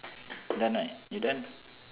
done right you done